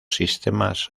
sistemas